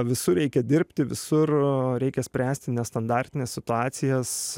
visur reikia dirbti visur reikia spręsti nestandartines situacijas